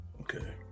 okay